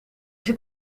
zit